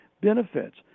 benefits